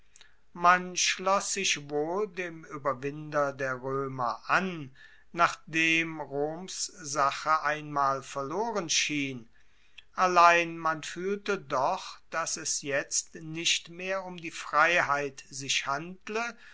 man schloss sich wohl dem ueberwinder der roemer an nachdem roms sache einmal verloren schien allein man fuehlte doch dass es jetzt nicht mehr um die freiheit sich handle